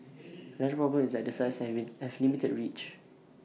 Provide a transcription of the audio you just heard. another problem is that the sites have limited reach